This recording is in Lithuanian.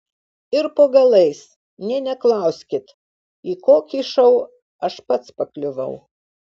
ir po galais nė neklauskit į kokį šou aš pats pakliuvau